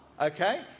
okay